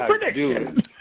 prediction